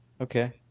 Okay